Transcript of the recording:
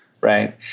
Right